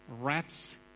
rats